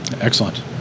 Excellent